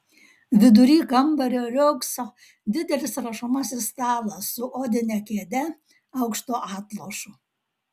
vidury kambario riogso didelis rašomasis stalas su odine kėde aukštu atlošu